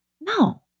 No